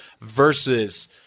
versus –